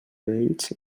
vells